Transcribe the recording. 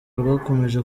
rwakomeje